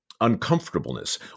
uncomfortableness